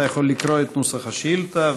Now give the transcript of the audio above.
אתה יכול לקרוא את נוסח השאילתה,